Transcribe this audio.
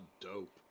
dope